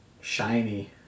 shiny